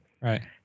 right